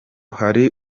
hari